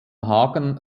hagen